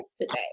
today